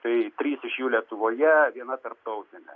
tai trys iš jų lietuvoje viena tarptautinė